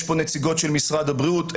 נמצאות כאן נציגות משרד הבריאות.